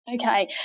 Okay